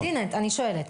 מופיד, הנה, אני שואלת.